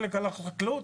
חלק הלך לחקלאות.